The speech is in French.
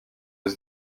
aux